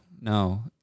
no